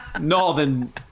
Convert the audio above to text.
northern